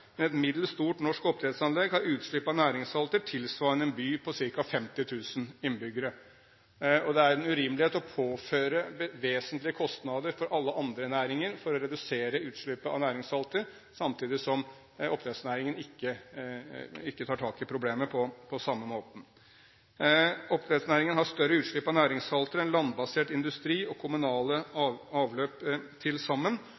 et middels stort norsk oppdrettsanlegg har utslipp av næringssalter tilsvarende en by på ca. 50 000 innbyggere. Det er en urimelighet å påføre vesentlige kostnader for alle andre næringer for å redusere utslippet av næringssalter, samtidig som oppdrettsnæringen ikke tar tak i problemet på samme måte. Oppdrettsnæringen har større utslipp av næringssalter enn landbasert industri og kommunale avløp til sammen.